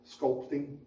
sculpting